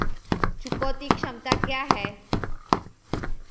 चुकौती क्षमता क्या है?